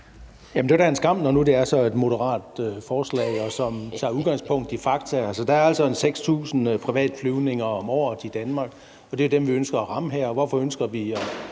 Det var da en skam, når nu det er sådan et moderat forslag, som tager udgangspunkt i fakta. Der er altså 6.000 private flyvninger om året i Danmark, og det er dem, vi ønsker at ramme her. Hvorfor ønsker vi